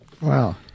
wow